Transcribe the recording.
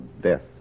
death